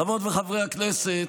חברות וחברי הכנסת,